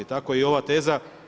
Tako i ova teza.